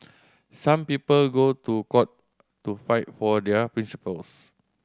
some people go to court to fight for their principles